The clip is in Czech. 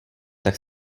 tak